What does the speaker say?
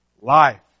life